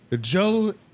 Joe